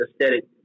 aesthetic